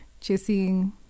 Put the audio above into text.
chasing